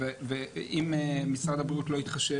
ואם משרד הבריאות לא יתחשב,